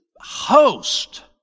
host